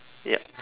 ya